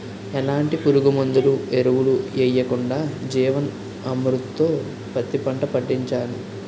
ఎలాంటి పురుగుమందులు, ఎరువులు యెయ్యకుండా జీవన్ అమృత్ తో పత్తి పంట పండించాను